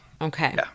Okay